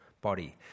body